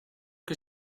che